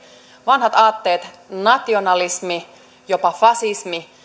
vanhat aatteet nationalismi jopa fasismi